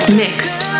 mixed